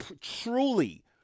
truly